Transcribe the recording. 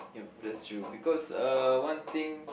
yup that's true because uh one thing